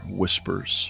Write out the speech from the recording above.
whispers